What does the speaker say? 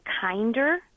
kinder